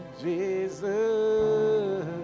Jesus